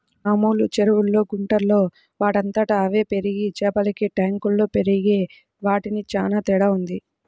మామూలు చెరువుల్లో, గుంటల్లో వాటంతట అవే పెరిగే చేపలకి ట్యాంకుల్లో పెరిగే వాటికి చానా తేడా వుంటది